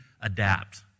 adapt